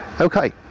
Okay